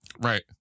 Right